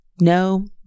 no